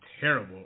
terrible